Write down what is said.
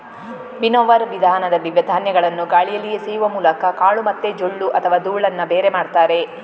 winnower ವಿಧಾನದಲ್ಲಿ ಧಾನ್ಯಗಳನ್ನ ಗಾಳಿಯಲ್ಲಿ ಎಸೆಯುವ ಮೂಲಕ ಕಾಳು ಮತ್ತೆ ಜೊಳ್ಳು ಅಥವಾ ಧೂಳನ್ನ ಬೇರೆ ಮಾಡ್ತಾರೆ